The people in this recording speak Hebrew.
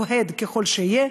אוהד ככל שיהיה.